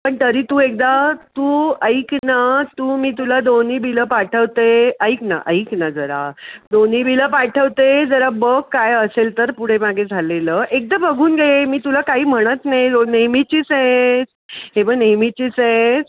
पण तरी तू एकदा तू ऐक ना तू मी तुला दोन्ही बिलं पाठवते ऐक ना ऐक ना जरा दोन्ही बिलं पाठवते जरा बग काय असेल तर पुढे मागे झालेलं एकदा बघून घे मी तुला काही म्हणत नाही रोज नेहमीचीच आहेस हे बघ नेहमीचीच आहेस